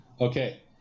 Okay